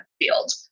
field